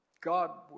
God